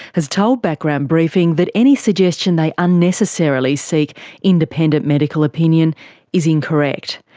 has told background briefing that any suggestion they unnecessarily seek independent medical opinion is incorrect,